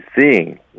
seeing